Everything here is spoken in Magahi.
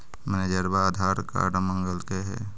मैनेजरवा आधार कार्ड मगलके हे?